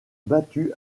battue